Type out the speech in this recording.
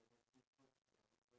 remember